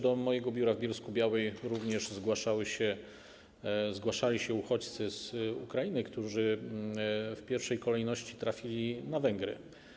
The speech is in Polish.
Do mojego biura w Bielsku-Białej również zgłaszali się uchodźcy z Ukrainy, którzy w pierwszej kolejności trafili na Węgry.